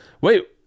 Wait